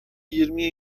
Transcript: yirmi